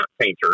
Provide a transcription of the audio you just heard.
painters